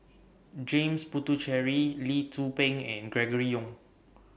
James Puthucheary Lee Tzu Pheng and Gregory Yong